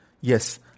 Yes